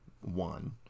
one